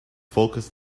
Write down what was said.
focus